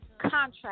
contract